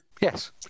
Yes